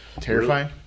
Terrifying